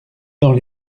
dans